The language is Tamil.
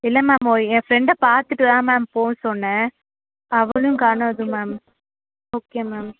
இல்லை மேம் ஒரு என் ஃப்ரண்டை பார்த்துட்டுதான் மேம் போக சொன்னேன் அவளும் காணோம் மேம் ஓகே மேம்